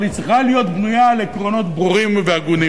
אבל היא צריכה להיות בנויה על עקרונות ברורים והגונים.